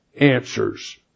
answers